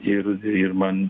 ir ir man